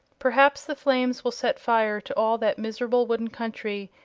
perhaps the flames will set fire to all that miserable wooden country,